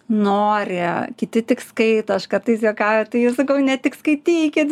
nori kiti tik skaito aš kartais juokauju tai jūs sakau ne tik skaitykit